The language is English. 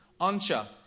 ancha